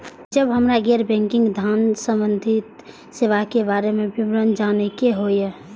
जब हमरा गैर बैंकिंग धान संबंधी सेवा के बारे में विवरण जानय के होय?